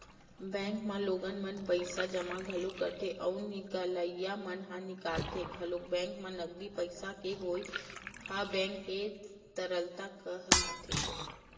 bank म लोगन मन पइसा जमा घलोक करथे अउ निकलइया मन ह निकालथे घलोक बेंक म नगदी पइसा के होवई ह बेंक के तरलता कहलाथे